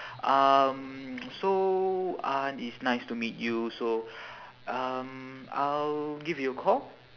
um so uh it's nice to meet you so um I'll give you a call